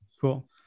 Cool